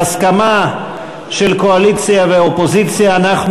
בהסכמה של קואליציה ואופוזיציה אנחנו